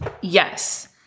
Yes